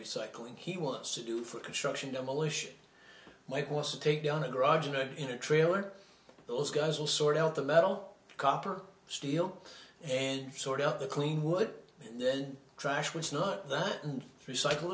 recycling he wants to do for construction demolition might want to take down a garage in a trailer those guys will sort out the metal copper steel and sort out the clean would then trash what's not that and recycle